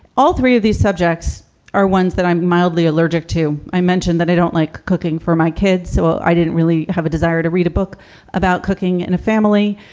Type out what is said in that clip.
all three of these subjects are ones that i'm mildly allergic to. i mentioned that i don't like cooking for my kids, so i didn't really have a desire to read a book about cooking in a family.